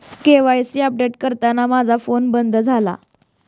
KYC update करताना माझा phone बंद झाला